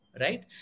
right